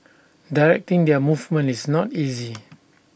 directing their movement is not easy